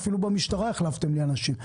אפילו במשטרה החלפתם לי אנשים,